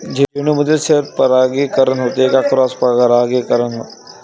झेंडूमंदी सेल्फ परागीकरन होते का क्रॉस परागीकरन?